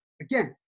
again